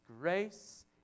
grace